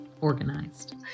organized